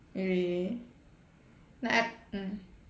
really like I mm